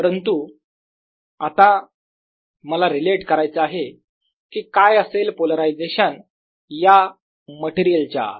परंतु आता मला रिलेट करायचे आहे की काय असेल पोलरायझेशन या मटेरियलच्या आत